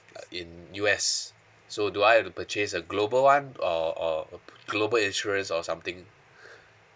uh in U_S so do I have to purchase a global one or or a global insurance or something